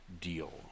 deal